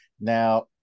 now